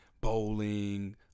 bowling